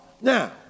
Now